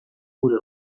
gure